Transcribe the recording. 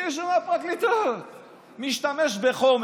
מישהו מהפרקליטות משתמש בחומר.